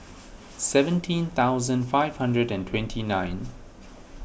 seventeen thousand five hundred and twenty nine